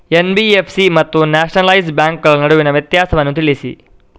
NBFC ಮತ್ತು nationalise ಬ್ಯಾಂಕುಗಳ ನಡುವಿನ ವ್ಯತ್ಯಾಸವನ್ನು ತಿಳಿಸಿ?